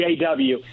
JW